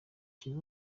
kibe